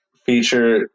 feature